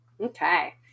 Okay